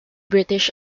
british